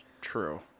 true